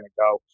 go